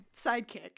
sidekick